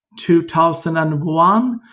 2001